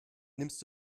nimmst